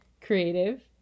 creative